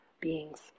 beings